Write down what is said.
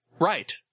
Right